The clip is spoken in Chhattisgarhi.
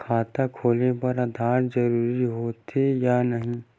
खाता खोले बार आधार जरूरी हो थे या नहीं?